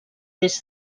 des